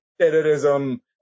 terrorism